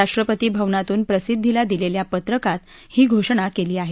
राष्ट्रपतीभवनातून प्रसिद्धीला दिलेल्या पत्रकात ही घोषणा केली आहे